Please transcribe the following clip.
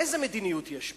איזה מדיניות יש פה?